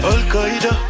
Al-Qaeda